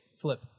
flip